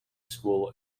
school